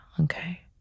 okay